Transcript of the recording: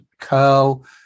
Curl